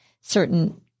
certain